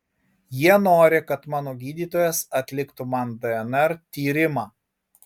jie nori kad mano gydytojas atliktų man dnr tyrimą